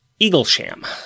Eaglesham